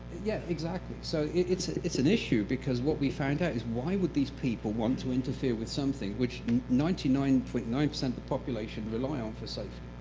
yeah exactly. so it's it's an issue because what we found out is, why would these people want to interfere with something which ninety nine point nine percent of the population rely on for safety?